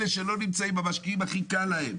אלה שלא נמצאים, המשקיעים, הכי קל להם.